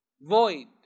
Void